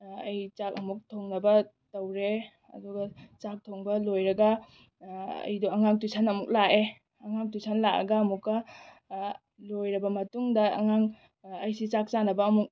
ꯑꯩ ꯆꯥꯛ ꯑꯃꯨꯛ ꯊꯣꯡꯅꯕ ꯇꯧꯔꯦ ꯑꯗꯨꯒ ꯆꯥꯛ ꯊꯣꯡꯕ ꯂꯣꯏꯔꯒ ꯑꯩꯗꯣ ꯑꯉꯥꯡ ꯇꯨꯏꯁꯟ ꯑꯃꯨꯛ ꯂꯥꯛꯑꯦ ꯑꯉꯥꯡ ꯇꯨꯏꯁꯟ ꯂꯥꯛꯑꯒ ꯑꯃꯨꯛꯀ ꯂꯣꯏꯔꯕ ꯃꯇꯨꯡꯗ ꯑꯉꯥꯡ ꯑꯩꯁꯤ ꯆꯥꯛ ꯆꯥꯅꯕ ꯑꯃꯨꯛ